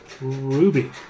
Ruby